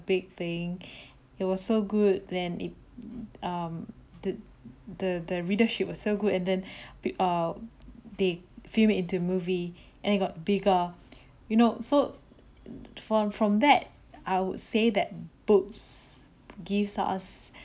big thing it was so good then it um the the the readership was so good and then b~ err they film it into movie and it got bigger you know so from from that I would say that books gives us